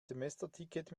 semesterticket